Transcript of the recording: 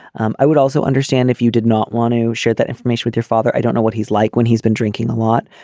um i would also understand if you did not want to share that information with your father. i don't know what he's like when he's been drinking a lot.